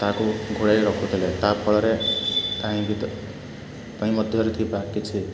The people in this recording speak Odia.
ତାହାକୁ ଘୋଡ଼ାଇ ରଖୁଥିଲେ ତା'ଫଳରେ ତାହିଁ ଭିତ ପାଇଁ ମଧ୍ୟରେ ଥିବା କିଛି